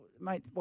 Mate